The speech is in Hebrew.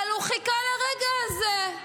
אבל הוא חיכה לרגע הזה,